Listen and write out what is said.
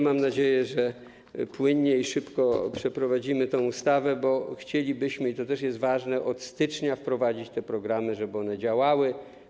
Mam nadzieję, że płynnie i szybko przeprowadzimy tę ustawę, bo chcielibyśmy, i to też jest ważne, od stycznia wprowadzić te programy, żeby one działały.